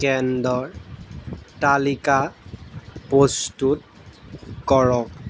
কেন্দ্ৰৰ তালিকা প্ৰস্তুত কৰক